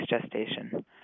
gestation